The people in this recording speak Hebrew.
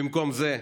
במקום זה,